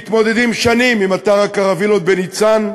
מתמודדים שנים עם אתר הקרווילות בניצן,